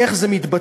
איך זה מתבצע,